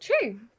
True